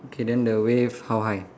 okay then the wave how high